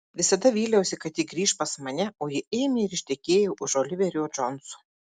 visada vyliausi kad ji grįš pas mane o ji ėmė ir ištekėjo už oliverio džonso